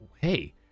hey